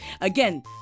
Again